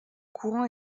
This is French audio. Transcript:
courant